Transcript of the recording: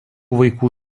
vaikų